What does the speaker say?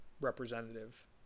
representative